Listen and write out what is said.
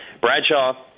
Bradshaw